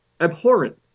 abhorrent